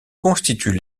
constituent